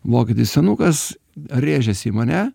vokietis senukas rėžiasi į mane